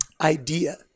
idea